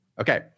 Okay